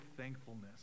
thankfulness